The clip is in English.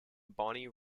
bonnie